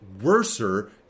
worser